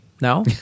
No